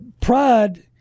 pride